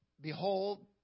Behold